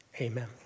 Amen